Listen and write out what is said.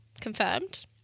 confirmed